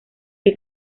que